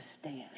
stand